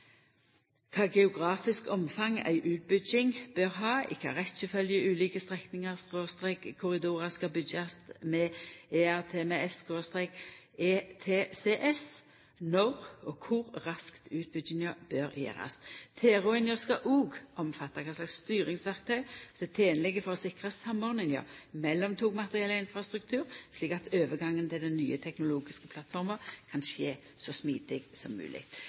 kva for geografisk omfang ei utbygging bør ha, i kva rekkefølgje ulike strekningar/korridorar skal byggjast med ERTMS/ETCS, og når og kor raskt utbygginga bør gjerast. Tilrådingane skal òg omfatta kva slags styringsverktøy som er tenlege for å sikra samordninga mellom togmateriell og infrastruktur, slik at overgangen til den nye teknologiske plattforma kan skje så smidig som